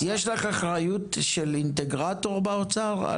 יש לך אחריות של מתכלל באוצר?